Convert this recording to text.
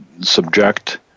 subject